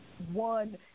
one